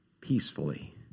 peacefully